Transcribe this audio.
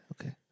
okay